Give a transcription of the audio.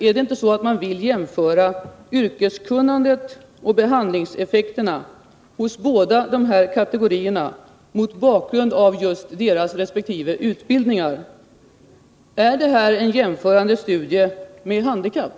Är det inte så att man vill jämföra yrkeskunnandet och behandlingseffekterna hos båda de här kategorierna mot bakgrund av just deras resp. utbildningar? Är det här en jämförande studie med handikapp?